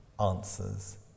answers